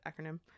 acronym